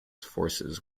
forces